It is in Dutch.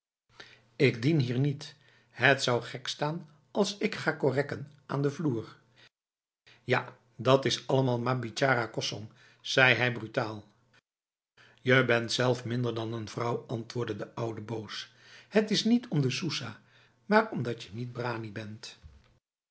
ik dien hier niet het zou gek staan als ik ging korèkken aan de vloer ja dat is allemaal maar bitjara kosong zei hij brutaal je bent zelf minder dan een vrouw antwoordde de oude boos het is niet om de soesah maar omdat je niet brani bent